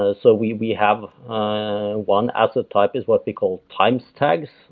ah so we we have one asset type is what they call times tags,